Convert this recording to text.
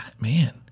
man